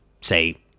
say